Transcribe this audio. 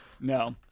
No